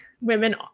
women